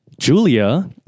Julia